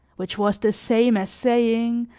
which was the same as saying,